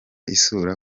isura